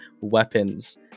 weapons